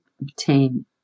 obtain